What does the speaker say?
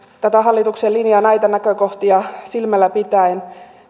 tätä hallituksen linjaa näitä näkökohtia silmällä pitäen